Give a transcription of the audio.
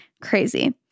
Crazy